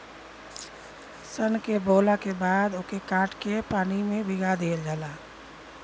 सन के बोवला के बाद ओके काट के पानी में भीगा दिहल जाला